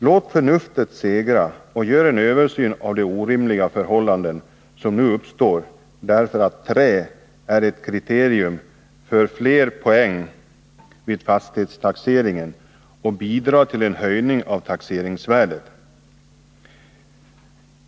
Låt förnuftet segra och gör en översyn av de orimliga förhållanden som nu uppstår, därför att trä varit ett kriterium för fler poäng vid fastighetstaxeringen och bidragit till en höjning av taxeringsvärdet!